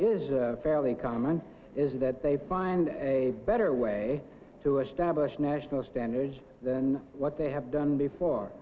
e fairly common is that they find a better way to establish national standards than what they have done before